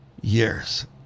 years